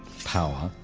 power,